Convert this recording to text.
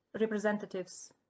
representatives